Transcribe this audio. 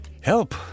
Help